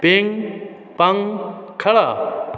ping-pong ଖେଳ